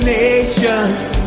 nations